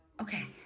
Okay